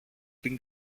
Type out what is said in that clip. την